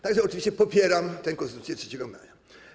Tak że oczywiście popieram tę Konstytucję 3 maja.